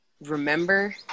remember